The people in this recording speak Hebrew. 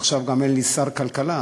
עכשיו גם אין לי שר כלכלה,